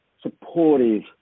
supportive